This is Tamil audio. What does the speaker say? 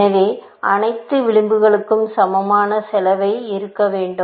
எனவே அனைத்து விளிம்புகளும் சமமான செலவாக இருக்க வேண்டும்